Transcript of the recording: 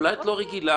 אולי את לא רגילה.